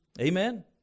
Amen